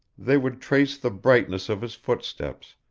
they would trace the brightness of his footsteps,